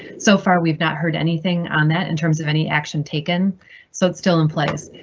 so far, we've not heard anything on that in terms of any action taken so it's still in place.